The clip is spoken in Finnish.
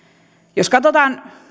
jos katsotaan